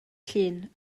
llun